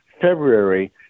February